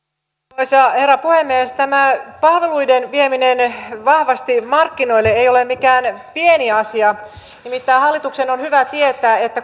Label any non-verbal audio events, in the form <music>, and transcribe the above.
arvoisa herra puhemies tämä palveluiden vieminen vahvasti markkinoille ei ole mikään pieni asia nimittäin hallituksen on hyvä tietää että <unintelligible>